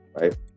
right